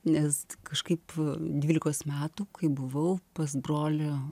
nes kažkaip dvylikos metų kai buvau pas brolio